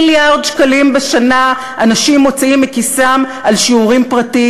מיליארד שקלים בשנה אנשים מוציאים מכיסם על שיעורים פרטיים.